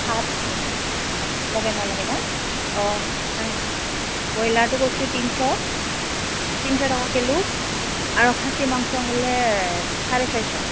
সাত অঁ লগে নালাগে না অঁ ব্ৰইলাৰটো কৈছোঁ তিনশ তিনশ টকা কিলো আৰু খাচী মাংস হ'লে চাৰে ছয়শ